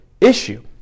issue